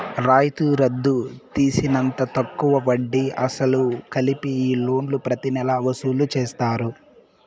రాయితీ రద్దు తీసేసినంత తక్కువ వడ్డీ, అసలు కలిపి ఈ లోన్లు ప్రతి నెలా వసూలు చేస్తారు